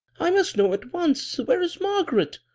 i must know at once. where is margaret?